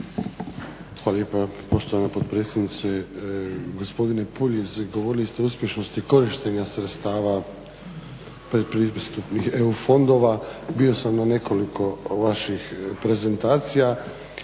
Hvala lijepa poštovana potpredsjednice. Gospodine Puljiz, govorili ste o uspješnosti korištenja sredstava predpristupnih EU fondova. Bio sam na nekoliko vaših prezentacija